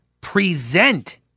present